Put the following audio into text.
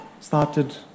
started